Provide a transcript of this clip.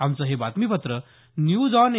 आमचं हे बातमीपत्र न्यूज ऑन ए